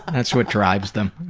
that's what drives them.